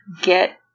get